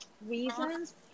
reasons